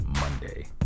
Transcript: Monday